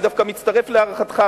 מאיר, אני דווקא מצטרף להערתך.